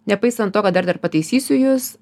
nepaisant to kad dar dar pataisysiu jus